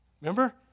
Remember